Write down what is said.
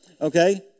okay